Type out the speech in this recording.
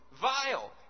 Vile